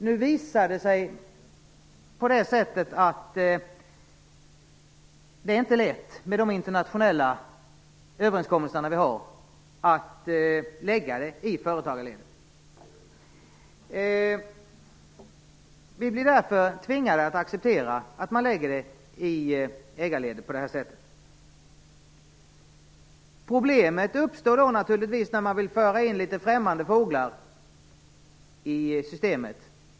Nu visar det sig att det inte är lätt med de internationella överenskommelser vi har att genomföra det i företagarledet. Vi blir därför tvingade att acceptera att man gör det i ägarledet. Det uppstår givetvis problem när man vill föra in litet främmande fåglar i systemet.